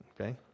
Okay